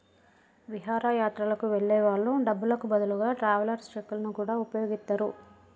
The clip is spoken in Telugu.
విహారయాత్రలకు వెళ్ళే వాళ్ళు డబ్బులకు బదులుగా ట్రావెలర్స్ చెక్కులను గూడా వుపయోగిత్తరు